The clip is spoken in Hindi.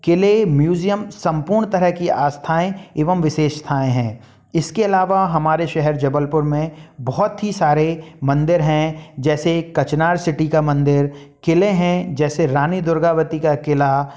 किले म्यूजियम सम्पूर्ण तरह की आस्थाएँ एवं विशेषताएँ हैं इसके अलावा हमारे शहर जबलपुर में बहुत ही सारे मंदिर हैं जैसे कचनार सिटी का मंदिर किलें हैं जैसे रानी दुर्गावती का किला